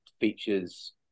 features